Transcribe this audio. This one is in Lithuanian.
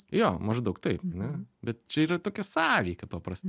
jo maždaug taip ane bet čia yra tokia sąveika paprasta